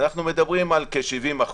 אנחנו מדברים על 70%,